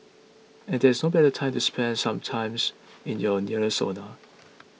and there is no better time to spend some times in your nearest sauna